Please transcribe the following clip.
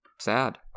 Sad